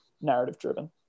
narrative-driven